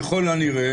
ככל הנראה,